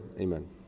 Amen